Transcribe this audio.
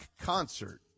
concert